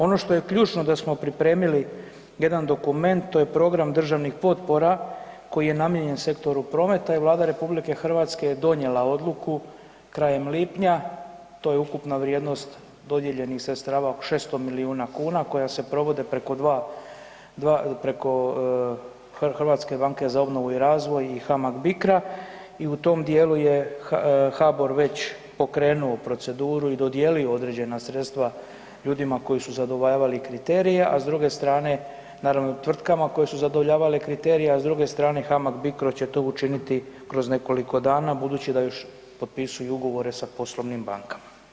Ono što je ključno, da smo pripremili jedan dokument, to je program državnih potpora koji je namijenjen sektoru prometa, i Vlada RH je donijela odluku krajem lipnja, to je ukupna vrijednost dodijeljenih sredstava 600 milijuna kuna koji se provode preko 2, preko HBOR-a i HAMAG Bicra i u tom dijelu je HBOR već pokrenuo proceduru i dodijelio određena sredstva ljudima koji su zadovoljavali kriterije, a s druge strane, naravno, tvrtkama koje su zadovoljavale kriterije, a s druge strane, HAMAG Bicro će to učiniti kroz nekoliko dana, budući da još potpisuju ugovore sa poslovnim bankama.